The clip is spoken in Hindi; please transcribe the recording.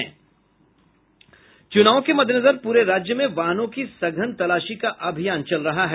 चुनाव के मद्देनजर पूरे राज्य में वाहनों की सघन तलाशी का अभियान जारी है